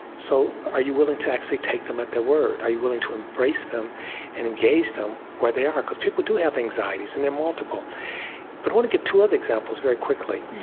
so are you willing to actually take them at their word? are you willing to embrace them and engage them where they are? because people do have anxieties, and they're multiple but i want to give two other examples, very quickly.